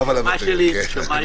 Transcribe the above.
הנשמה שלי היא נשמה יהודית.